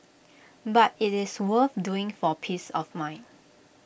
but IT is worth doing for peace of mind